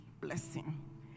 blessing